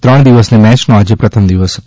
ત્રણ દિવસની મેચનો આજે પ્રથમ દિવસ હતો